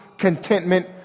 contentment